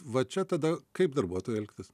va čia tada kaip darbuotojui elgtis